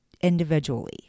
individually